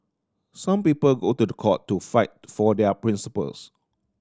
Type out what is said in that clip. some people go to the court to fight for their principles